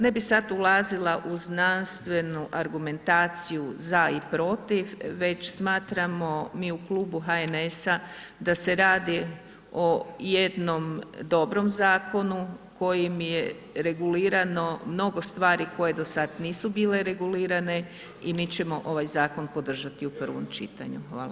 Ne bi sad ulazila u znanstvenu argumentaciju za i protiv već smatramo mi u Klubu HNS-a da se radi o jednom dobrom zakonu kojim je regulirano mnogo stvari koje do sada nisu bile regulirane i mi ćemo ovaj zakon podržati u prvom čitanju.